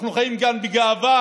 אנחנו חיים כאן בגאווה,